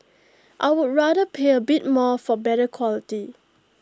I would rather pay A bit more for better quality